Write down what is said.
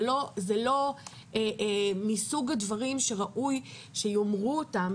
זה לא מסוג הדברים שראוי שיאמרו אותם,